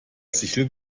sichel